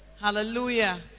Hallelujah